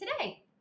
today